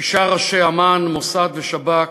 שישה ראשי אמ"ן, מוסד ושב"כ,